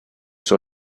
sur